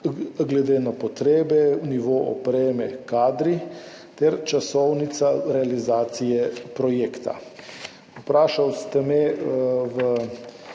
glede na potrebe, nivo opreme, kadri ter časovnica realizacije projekta. Vprašali ste me,